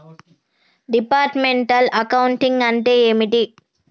Departmental accounting అంటే ఏమిటి?